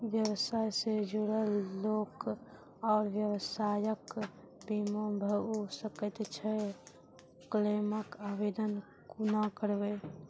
व्यवसाय सॅ जुड़ल लोक आर व्यवसायक बीमा भऽ सकैत छै? क्लेमक आवेदन कुना करवै?